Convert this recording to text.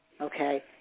okay